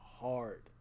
hard